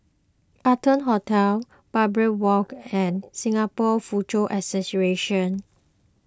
Arton Hotel Barbary Walk and Singapore Foochow Association